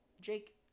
Jake